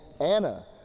Anna